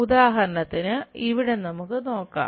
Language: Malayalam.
ഉദാഹരണത്തിന് ഇവിടെ നമുക്ക് നോക്കാം